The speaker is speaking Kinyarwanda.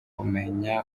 kumenya